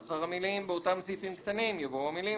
לאחר המילים "באותם סעיפים קטנים" יבואו המילים